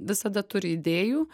visada turi idėjų